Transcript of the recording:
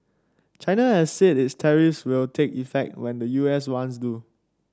China has said its tariffs will take effect when the U S ones do